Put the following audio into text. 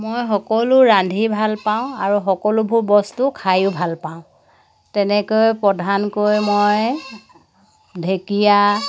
মই সকলো ৰান্ধি ভালপাওঁ আৰু সকলোবোৰ বস্তু খাইও ভালপাওঁ তেনেকৈ প্ৰধানকৈ মই ঢেঁকীয়া